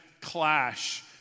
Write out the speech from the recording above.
clash